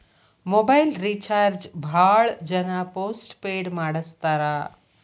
mobile recharge ಭಾಳ್ ಜನ postpaid ಮಾಡಸ್ತಾರ